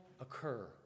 occur